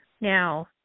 Now